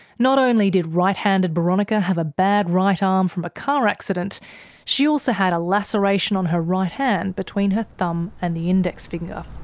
not only did right-handed boronika have a bad right arm from a car accident she also had a laceration on her right hand between her thumb and the index finger.